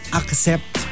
accept